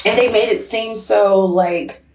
and they made it seem so like,